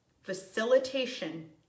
Facilitation